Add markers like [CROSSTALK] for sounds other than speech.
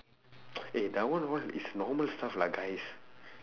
[NOISE] !hey! that one one is normal stuff lah guys